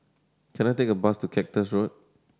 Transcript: can I take a bus to Cactus Road